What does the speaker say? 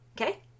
Okay